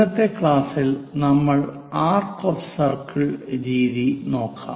ഇന്നത്തെ ക്ലാസ്സിൽ നമ്മൾ ആർക്ക് ഓഫ് സർക്കിൾ രീതി നോക്കാം